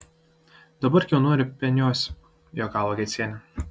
dabar gyvenu ir peniuosi juokavo gecienė